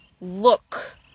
look